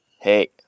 Hey